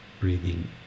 Breathing